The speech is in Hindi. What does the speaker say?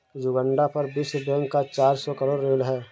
युगांडा पर विश्व बैंक का चार सौ करोड़ ऋण है